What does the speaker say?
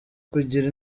kugira